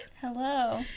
Hello